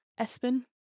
Espen